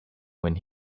when